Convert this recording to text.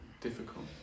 difficult